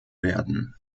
werden